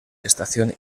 estación